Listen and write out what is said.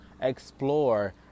explore